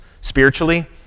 spiritually